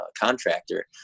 contractor